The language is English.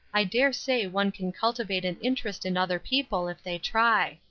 i dare say one can cultivate an interest in other people if they try.